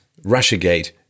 Russiagate